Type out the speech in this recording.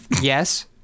yes